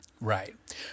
Right